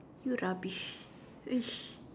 you rubbish !ish!